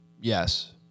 yes